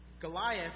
Goliath